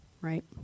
right